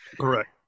Correct